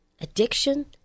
addiction